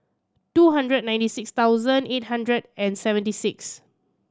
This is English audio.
two hundred ninety six thousand eight hundred and seventy six